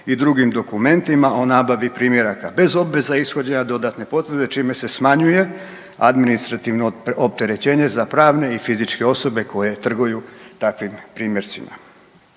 i drugim dokumentima o nabavi primjeraka bez obveza ishođenja dodatne potvrde čime se smanjuje administrativno opterećenje za pravne i fizičke osobe koje trguju takvim primjercima.